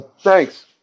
Thanks